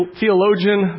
theologian